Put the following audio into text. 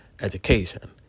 education